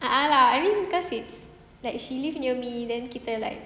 a'ah lah I mean cause it's like she live near me then kita like